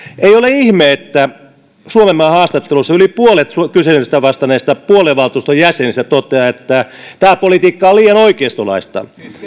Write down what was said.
ei ole ihme että suomenmaan haastattelussa yli puolet kyselyyn vastanneista puoluevaltuuston jäsenistä toteaa että tämä politiikka on liian oikeistolaista